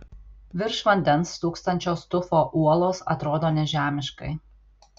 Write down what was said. virš vandens stūksančios tufo uolos atrodo nežemiškai